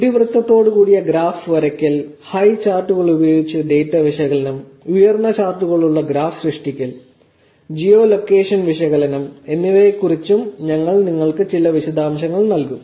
ഇതിവൃത്തത്തോടുകൂടിയ graph വരയ്ക്കൽ ഹൈചാർട്ടുകളുപയോഗിച്ച് data വിശകലനം ഉയർന്ന ചാർട്ടുകളുള്ള ഗ്രാഫ് സൃഷ്ടിക്കൽ ജിയോ ലൊക്കേഷൻ വിശകലനം എന്നിവയെ കുറിച്ചും ഞങ്ങൾ നിങ്ങൾക്ക് ചില വിശദാംശങ്ങൾ നൽകും